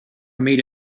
made